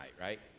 right